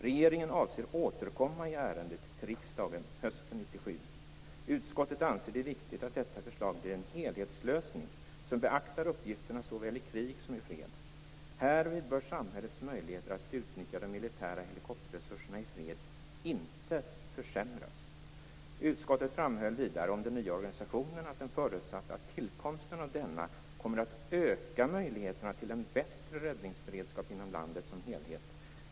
Regeringen avser återkomma i ärendet till riksdagen hösten 1997. Utskottet anser det viktigt att detta förslag blir en helhetslösning som beaktar uppgifterna såväl i krig som i fred. Härvid bör samhällets möjligheter att utnyttja de militära helikopterresurserna i fred inte försämras." Utskottet framhöll vidare om den nya organisationen att den förutsatte att "tillkomsten av denna kommer att öka möjligheterna till en bättre räddningsberedskap inom landet som helhet.